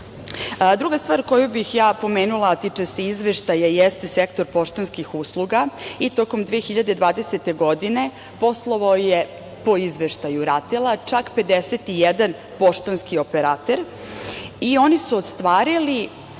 stvar koju bih ja pomenula, a tiče se izveštaja, jeste sektor poštanskih usluga i tokom 2020. godine, poslovao je po izveštaju RATEL-a čak 51 poštanski operater i oni su ostvarili